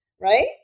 right